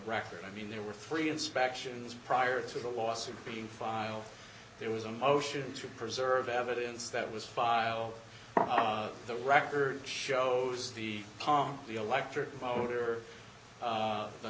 record i mean there were three inspections prior to the lawsuit being filed there was a motion to preserve evidence that was filed the record shows the car the electric motor